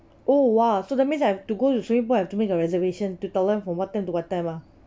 oh !wah! so that means I have to go to swimming pool I have to make a reservation to tell them from what time to what time ah